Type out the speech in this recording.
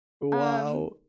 Wow